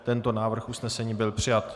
Tento návrh usnesení byl přijat.